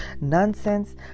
nonsense